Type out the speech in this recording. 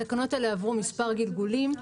התקנות האלה עברו מספר גלגולים,